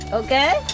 okay